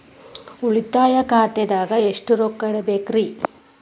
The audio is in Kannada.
ಉಳಿತಾಯ ಖಾತೆದಾಗ ಎಷ್ಟ ರೊಕ್ಕ ಇಡಬೇಕ್ರಿ?